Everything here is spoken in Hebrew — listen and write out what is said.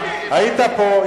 היית פה,